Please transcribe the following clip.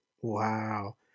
Wow